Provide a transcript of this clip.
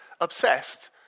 obsessed